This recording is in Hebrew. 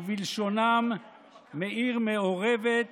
ובלשונם, "מעיר מעורבת